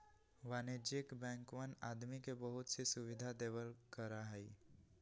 वाणिज्यिक बैंकवन आदमी के बहुत सी सुविधा देवल करा हई